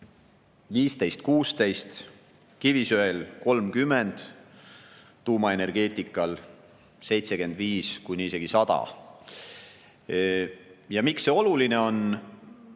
15–16, kivisöel 30, tuumaenergeetikal 75 kuni isegi 100. Ja miks see oluline on?